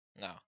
No